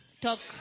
Talk